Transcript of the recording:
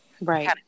right